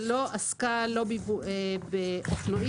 ולא עסקה לא בתלויים,